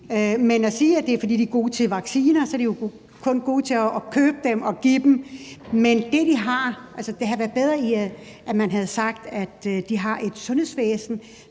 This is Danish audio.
når man siger, at det er, fordi de er gode til vacciner, vil jeg sige, at de jo kun er gode til at købe dem og give dem. Altså, det havde været bedre, at man havde sagt, at de har et sundhedsvæsen,